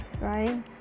right